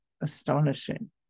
astonishing